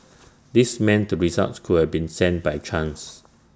this meant the results could have been send by chance